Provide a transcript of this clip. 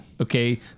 Okay